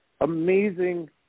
Amazing